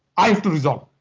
i have to resolve